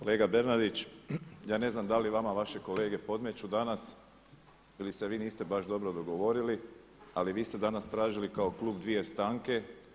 Kolega Bernardić, ja ne znam da li vama vaše kolege podmeću danas ili se vi niste baš dobro dogovorili, ali vi ste danas tražili kao klub dvije stanke.